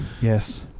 Yes